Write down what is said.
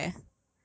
no lah but it's